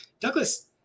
Douglas